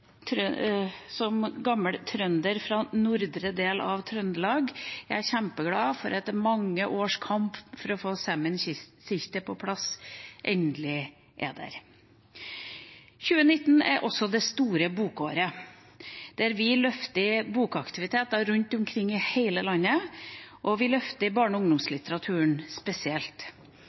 bygg. Som gammel trønder fra nordre del av Trøndelag må jeg innrømme at jeg er kjempeglad for at mange års kamp for å få Saemien Sijte på plass endelig er over. 2019 er også det store bokåret, der vi løfter bokaktiviteter rundt omkring i hele landet, og vi løfter barne- og ungdomslitteraturen spesielt.